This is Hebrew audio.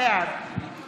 בעד